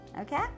Okay